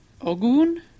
Ogun